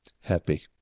Happy